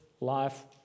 life